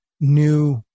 new